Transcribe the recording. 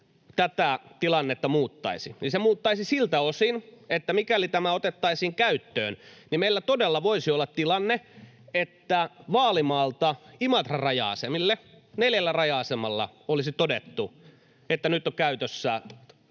tätä tilannetta muuttaisi? Se muuttaisi sitä siltä osin, että mikäli tämä otettaisiin käyttöön, niin meillä todella voisi olla tilanne, että Vaalimaalta Imatran raja-asemille — neljällä raja-asemalla — olisi todettu, että nyt on käynnissä